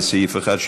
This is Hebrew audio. לסעיף 1,